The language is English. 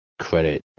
credit